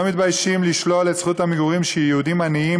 מתביישים לשלול את זכות המגורים של יהודים עניים,